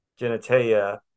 genitalia